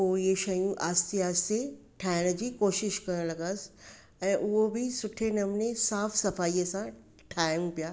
पोइ इहे शयूं आहिस्ते आहिस्ते ठाहिण जी कोशिशि करणु लॻसि ऐं उहो बि सुठे नमूने साफ़ु सफ़ाई सां ठाहियूं पिया